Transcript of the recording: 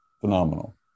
Phenomenal